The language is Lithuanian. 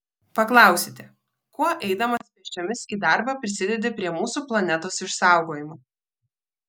paklausite kuo eidamas pėsčiomis į darbą prisidedi prie mūsų planetos išsaugojimo